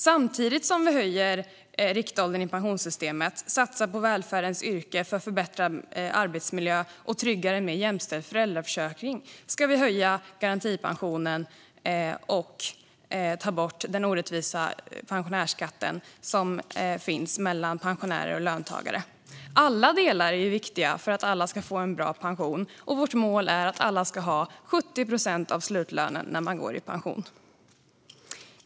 Samtidigt som vi höjer riktåldern i pensionssystemet, satsar på välfärdens yrken för förbättrad arbetsmiljö och tryggar en mer jämställd föräldraförsäkring ska vi höja garantipensionen och ta bort den orättvisa skatteskillnaden mellan pensionärer och löntagare. Alla delar är viktiga för att alla ska få en bra pension. Vårt mål är att alla ska ha 70 procent av slutlönen när man går i pension.